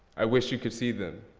i wish you could see them.